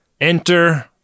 Enter